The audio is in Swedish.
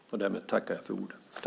Med detta tackar jag för ordet.